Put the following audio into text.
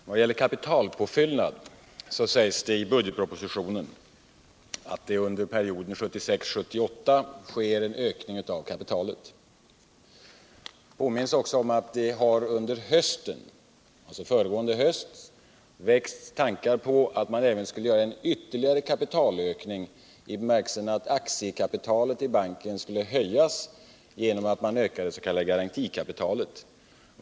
Herr talman! Vad gäller kapitalpåtyllnad sägs det i budgetpropositionen att det under perioden 1976-1978 skeren ökning av kapitalet, Det påminns också om att det under föregående höst har väckts tankar på att man skulle göra ytterligare en kapitalökning i bemärkelsen att aktiekapitalet i banken skulle höjas genom att man ökade det s.k. garantikapitalet.